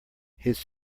his